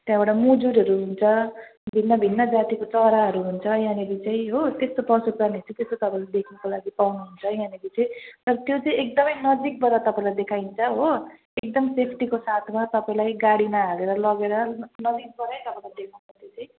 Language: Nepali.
त्यहाँबाट मजुरहरू हुन्छ भिन्न भिन्न जातिको चराहरू हुन्छ यहाँनेरि चाहिँ हो त्यस्तो पशुप्राणीहरू चाहिँ त्यस्तो तपाईँले देख्नुको लागि पाउनुहुन्छ यहाँनिर चाहिँ तर त्यो चाहिँ एकदमै नजिकबाट तपाईँलाई देखाइन्छ हो एकदम सेफ्टीको साथमा तपाईँलाई गाडीमा हालेर लगेर नजिकबाटै तपाईँलाई देखाउँछ त्यो चाहिँ